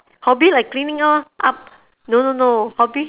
hobby like cleaning lor up no no no hobby